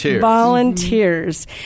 Volunteers